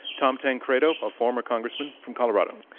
tom tancredo, a former congressman from colorado.